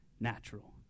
natural